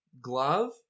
glove